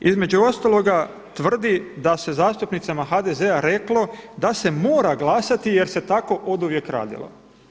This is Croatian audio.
Između ostaloga tvrdi da se zastupnicama HDZ-a reklo da se mora glasati jer se tako oduvijek radilo.